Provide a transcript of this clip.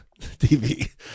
TV